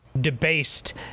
debased